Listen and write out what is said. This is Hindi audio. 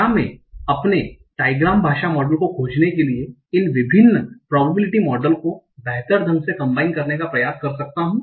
क्या मैं अपने ट्रायग्राम्स भाषा मॉडल को खोजने के लिए इन विभिन्न प्रॉबबिलिटि मॉडल को बेहतर ढंग से कम्बाइन करने का प्रयास कर सकता हूं